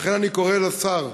לכן אני קורא לשר,